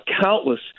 countless